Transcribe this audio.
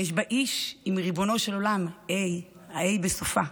יש בה איש עם ריבונו של עולם, ה', הה"א בסופה,